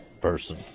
person